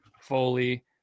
Foley